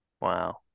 Wow